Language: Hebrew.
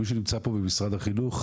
מישהו נמצא פה ממשרד החינוך?